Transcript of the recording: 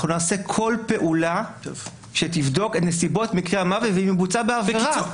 אנחנו נעשה כל פעולה שתבדוק את נסיבות מקרי המוות ואם בוצע בה עבירה,